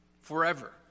forever